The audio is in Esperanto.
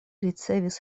ricevis